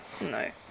no